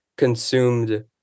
consumed